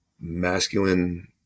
masculine